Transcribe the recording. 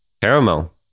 Caramel